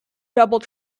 double